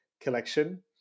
collection